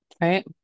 Right